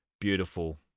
beautiful